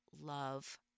love